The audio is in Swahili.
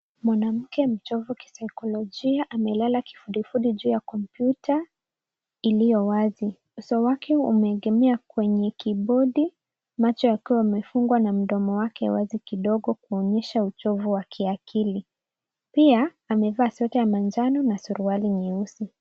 Mwanamke mchovu kisaikolojia amelala kifudifudi juu ya kompyuta iliyo wazi. Uso wake umeegemea kwenye kibodi, macho yakiwa yamefungwa na mdomo wake wazi kidogo, kuonyesha uchovu wa kiakili. Pia amevaa sweta ya manjano na suruali nyeusi.